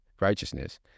righteousness